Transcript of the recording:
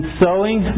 sewing